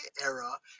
era